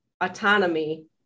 autonomy